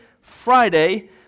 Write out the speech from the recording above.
Friday